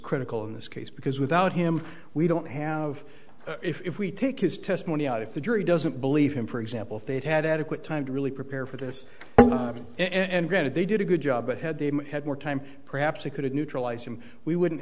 critical in this case because without him we don't have if we take his testimony out if the jury doesn't believe him for example if they'd had adequate time to really prepare for this and granted they did a good job but had they had more time perhaps they could have neutralized him we wouldn't